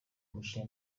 umuco